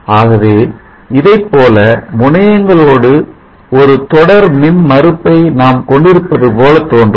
ஆகவே இதைப்போல முனையங்களோடு ஒரு தொடர் மின் மறுப்பை நாம் கொண்டிருப்பது போல தோன்றும்